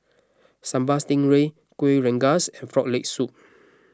Sambal Stingray Kuih Rengas and Frog Leg Soup